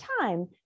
time